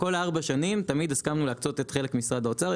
בכל התקופה הזו תמיד הסכמנו להקצות את חלק משרד האוצר.